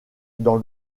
dans